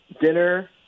dinner